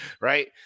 right